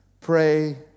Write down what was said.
pray